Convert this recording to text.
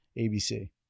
abc